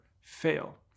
fail